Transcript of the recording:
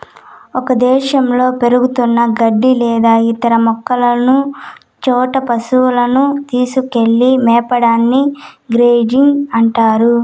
ఒక ప్రదేశంలో పెరుగుతున్న గడ్డి లేదా ఇతర మొక్కలున్న చోట పసువులను తీసుకెళ్ళి మేపడాన్ని గ్రేజింగ్ అంటారు